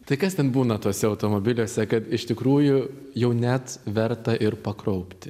tai kas ten būna tuose automobiliuose kad iš tikrųjų jau net verta ir pakraupti